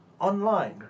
online